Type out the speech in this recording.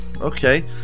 Okay